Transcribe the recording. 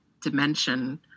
dimension